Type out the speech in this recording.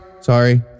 sorry